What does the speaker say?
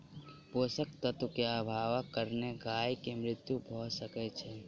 पोषक तत्व के अभावक कारणेँ गाय के मृत्यु भअ सकै छै